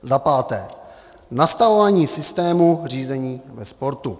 Za páté, nastavování systému řízení ve sportu.